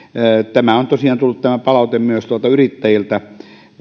tämä palaute on tosiaan tullut myös yrittäjiltä